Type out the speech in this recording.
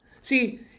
See